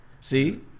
See